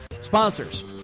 Sponsors